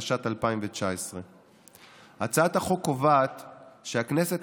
התשע"ט 2019. הצעת החוק קובעת כי הכנסת